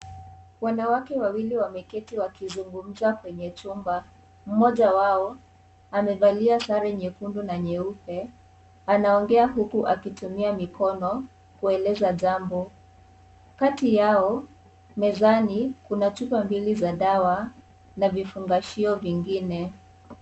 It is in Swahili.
Wanawake wawili wameketi wakizungumza kwenye chumba. Mmoja wao amevalia sare nyekundu na nyeupe anaongea huku akitumia mikono kueleza jambo. Kati yao mezani kuna chupa mbili za dawa na vifungashio vingine.